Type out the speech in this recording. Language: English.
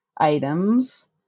items